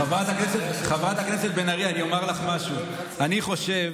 חברת הכנסת בן ארי, אומר לך משהו: אני חושב